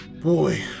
Boy